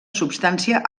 substància